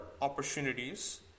opportunities